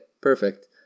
perfect